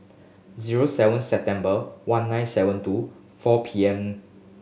zero seven September one nine seven two four P M